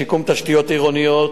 שיקום תשתיות עירוניות,